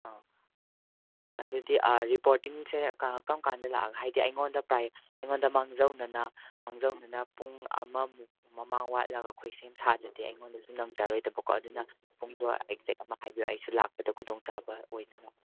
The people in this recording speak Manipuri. ꯑꯥ ꯑꯗꯨꯗꯤ ꯑꯥ ꯔꯤꯄꯣꯔꯇꯤꯡꯁꯦ ꯀꯝ ꯀꯥꯟꯗ ꯂꯥꯛꯑꯒ ꯍꯥꯏꯗꯤ ꯑꯩꯉꯣꯟꯗ ꯑꯩꯉꯣꯟꯗ ꯃꯥꯡꯖꯧꯅꯅ ꯃꯥꯡꯖꯧꯅꯅ ꯄꯨꯡ ꯑꯃꯃꯨꯛ ꯃꯃꯥꯡ ꯋꯥꯠꯂꯒ ꯑꯈꯣꯏ ꯁꯦꯝ ꯁꯥꯗ꯭ꯔꯗꯤ ꯑꯩꯉꯣꯟꯗꯁꯨ ꯅꯪꯖꯔꯣꯏꯗꯕꯀꯣ ꯑꯗꯨꯅ ꯄꯨꯡꯗꯣ ꯑꯦꯛꯖꯦꯛ ꯑꯃ ꯍꯥꯏꯕꯤꯌꯣ ꯑꯩꯁꯨ ꯂꯥꯛꯄꯗ ꯈꯨꯗꯣꯡ ꯆꯥꯕ ꯑꯣꯏꯅꯕ